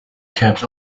kept